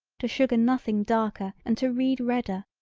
to sugar nothing darker and to read redder,